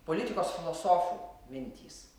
politikos filosofų mintys